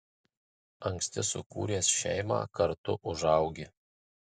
anksti sukūręs šeimą kartu užaugi